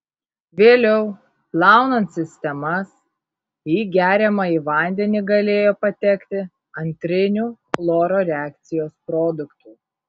vėliau plaunant sistemas į geriamąjį vandenį galėjo patekti antrinių chloro reakcijos produktų